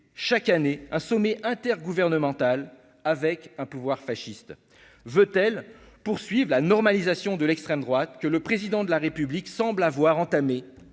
chaque année un sommet intergouvernemental avec un pouvoir fasciste veut-elle poursuivent la normalisation de l'extrême droite, que le président de la République semble avoir entamé